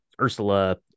Ursula